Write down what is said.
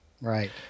Right